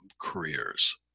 careers